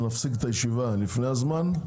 נפסיק את הישיבה לפני הזמן.